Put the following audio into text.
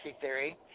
theory